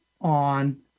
on